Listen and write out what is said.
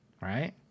Right